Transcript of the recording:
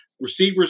receivers